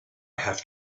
have